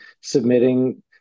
submitting